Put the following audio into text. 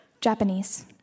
Japanese